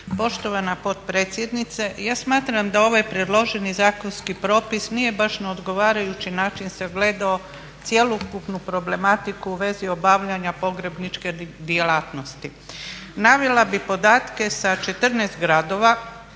Poštovana potpredsjednice. Ja smatram da ovaj predloženi zakonski propis nije baš na odgovarajući način sagledao cjelokupnu problematiku u vezi obavljanja pogrebničke djelatnosti. Navela bih podatke sa 14 gradova